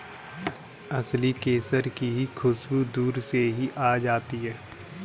असली केसर की खुशबू दूर से ही आ जाती है